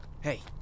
Hey